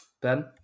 Ben